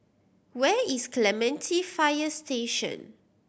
where is Clementi Fire Station